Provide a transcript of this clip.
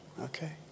Okay